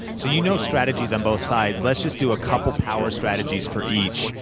so you know strategies on both sides. let's just do a couple power strategies for each,